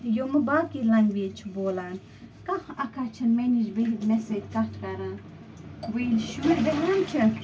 یِمہٕ باقی لنٛگویج چھِ بولان کانٛہہ اکھاہ چھِنہٕ مےٚ نِش بِہہِ مےٚ سۭتۍ کَتھ کَران وٕنہِ شُرۍ بیٚہان چھِ